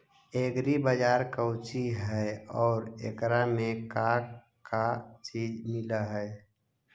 Agri Bazaar Kochi हई और एकरा में का का चीज मिलै हई?